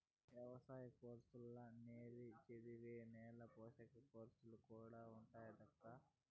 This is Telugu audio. ఎవసాయ కోర్సుల్ల నే చదివే నేల పోషణ కోర్సు కూడా ఉండాదక్కా